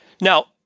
now